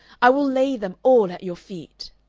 i will lay them all at your feet.